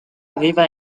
aveva